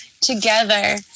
together